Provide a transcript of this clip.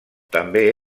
també